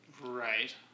Right